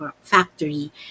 Factory